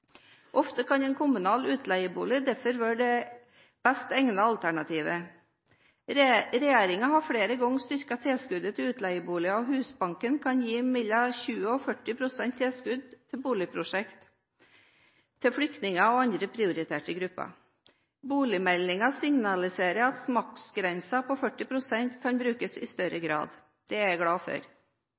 Ofte kan en kommunal utleiebolig derfor være det best egnede alternativet. Regjeringen har flere ganger styrket tilskuddet til utleieboliger, og Husbanken kan gi mellom 20 og 40 pst. tilskudd til boligprosjekt til flyktninger og andre prioriterte grupper. Boligmeldingen signaliserer at maksgrensen på 40 pst. kan brukes i større grad. Det er jeg glad for.